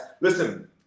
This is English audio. Listen